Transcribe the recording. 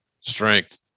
strength